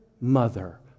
mother